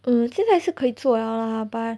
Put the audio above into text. mm 现在是可以做到了 lah but